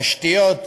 תשתיות,